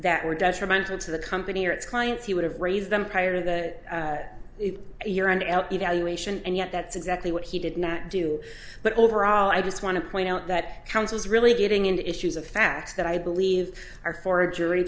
that were detrimental to the company or its clients he would have raised them prior that you're an evaluation and yet that's exactly what he did not do but overall i just want to point out that counsel is really getting into issues of facts that i believe are for